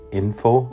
info